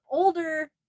older